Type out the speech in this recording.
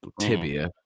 tibia